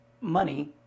money